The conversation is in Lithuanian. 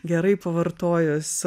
gerai pavartojus